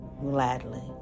gladly